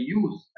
use